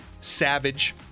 Savage